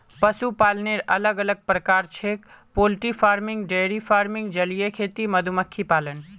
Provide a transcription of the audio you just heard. पशुपालनेर अलग अलग प्रकार छेक पोल्ट्री फार्मिंग, डेयरी फार्मिंग, जलीय खेती, मधुमक्खी पालन